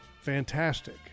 fantastic